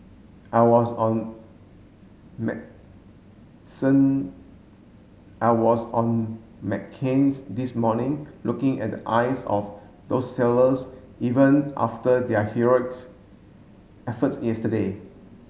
I was on I was on McCain's this morning looking at the eyes of those sailors even after their heroics efforts yesterday